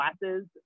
classes